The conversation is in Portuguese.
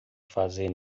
fazer